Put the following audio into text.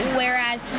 whereas